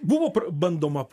buvo bandoma